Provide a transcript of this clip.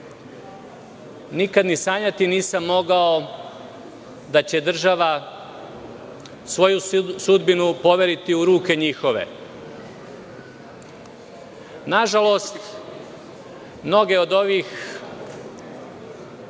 Nikada ni sanjati nisam mogao da će država svoju sudbinu poveriti u ruke njihove“. Nažalost, mnoge od ovih